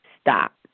stop